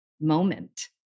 moment